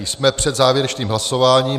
Jsme před závěrečným hlasováním.